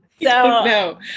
No